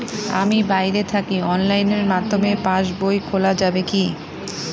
আমি বাইরে থাকি অনলাইনের মাধ্যমে পাস বই খোলা যাবে কি?